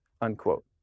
unquote